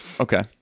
okay